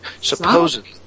Supposedly